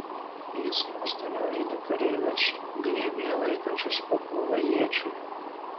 jis mostelėjo į du kareivius glėbyje laikančius po krūvą iečių